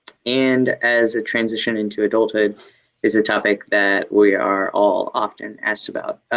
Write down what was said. and as a transition into adulthood is a topic that we are all often asked about.